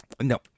No